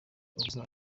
ubusa